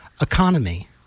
economy